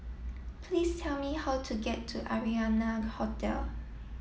please tell me how to get to Arianna Hotel